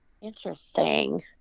Interesting